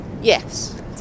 yes